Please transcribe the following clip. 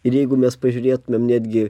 ir jeigu mes pažiūrėtumėm netgi